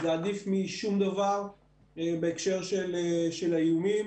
זה עדיף משום דבר בהקשר של האיומים.